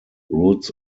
roots